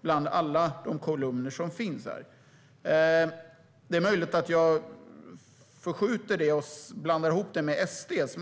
bland alla kolumner som finns här. Det är möjligt att jag blandar ihop den med Sverigedemokraternas.